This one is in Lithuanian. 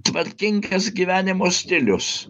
tvarkingas gyvenimo stilius